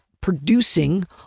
producing